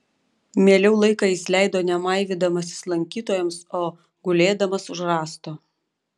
mieliau laiką jis leido ne maivydamasis lankytojams o gulėdamas už rąsto